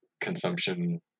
consumption